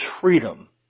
freedom